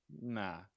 Nah